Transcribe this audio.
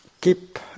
keep